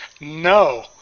no